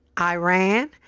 Iran